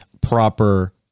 proper